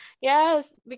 yes